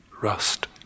Rust